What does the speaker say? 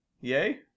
yay